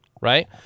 right